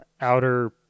outer